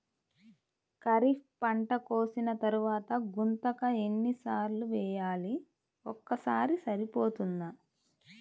ఖరీఫ్ పంట కోసిన తరువాత గుంతక ఎన్ని సార్లు వేయాలి? ఒక్కసారి సరిపోతుందా?